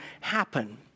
happen